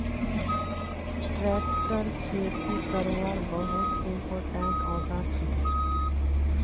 tractor खेती करवार बहुत इंपोर्टेंट औजार छिके